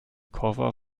koffer